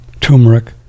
turmeric